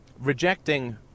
Rejecting